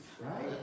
Right